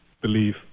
believe